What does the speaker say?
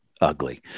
ugly